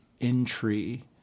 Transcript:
entry